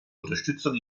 unterstützung